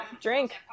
Drink